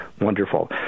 wonderful